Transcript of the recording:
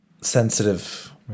sensitive